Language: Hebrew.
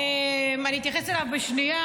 אני אתייחס אליו בשנייה,